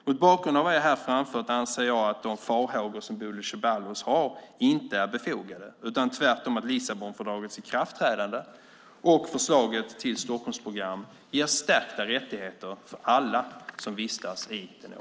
Mot bakgrund av vad jag här framfört anser jag att de farhågor som Bodil Ceballos har inte är befogade utan tvärtom att Lissabonfördragets ikraftträdande och förslaget till Stockholmsprogram ger stärkta rättigheter för alla som vistas i EU.